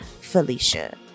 Felicia